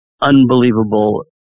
unbelievable